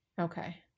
okay